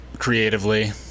creatively